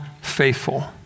faithful